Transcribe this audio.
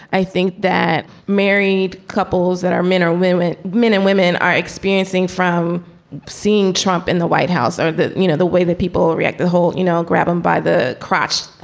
i think that married couples that are men are women. men and women are experiencing from seeing trump in the white house or, you know, the way that people react, the whole, you know, grab them by the crotch.